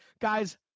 guys